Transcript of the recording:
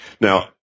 Now